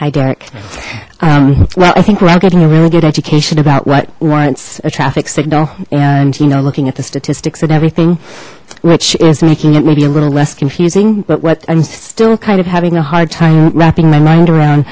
hi derek well i think we're all getting a really good education about what once a traffic signal and you know looking at the statistics and everything which is making it may be a little less confusing but what i'm still kind of having a hard time wrapping my mind around